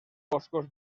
boscos